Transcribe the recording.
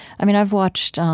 i mean, i've watched um